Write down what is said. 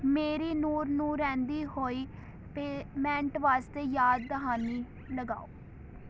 ਮੇਰੀ ਨੂਰ ਨੂੰ ਰਹਿੰਦੀ ਹੋਈ ਪੇਮੈਂਟ ਵਾਸਤੇ ਯਾਦ ਦਹਾਨੀ ਲਗਾਓ